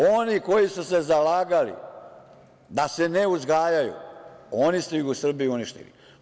Oni koji su se zalagali da se ne uzgajaju oni su ih u Srbiji uništili.